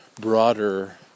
broader